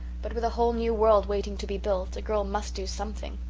but, with a whole new world waiting to be built, a girl must do something.